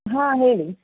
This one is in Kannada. ಹಾಂ ಹೇಳಿ